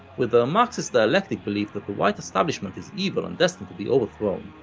with their marxist-dialectic belief that the white establishment is evil and destined to be overthrown.